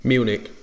Munich